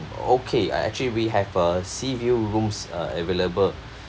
okay uh actually we have uh sea view rooms uh available